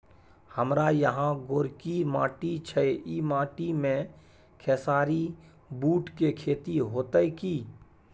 हमारा यहाँ गोरकी माटी छै ई माटी में खेसारी, बूट के खेती हौते की?